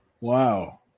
wow